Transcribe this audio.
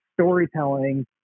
storytelling